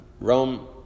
Rome